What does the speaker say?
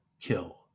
kill